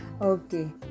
Okay